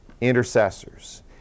intercessors